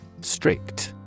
Strict